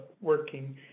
working